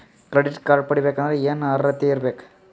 Credit card ಪಡಿಬೇಕಂದರ ಏನ ಅರ್ಹತಿ ಇರಬೇಕು?